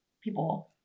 people